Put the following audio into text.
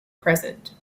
present